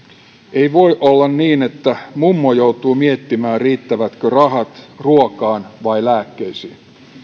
ei voi olla niin että mummo joutuu miettimään riittävätkö rahat ruokaan vai lääkkeisiin